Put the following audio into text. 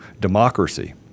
democracy